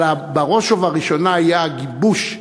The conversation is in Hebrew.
אבל בראש ובראשונה היה הגיבוש,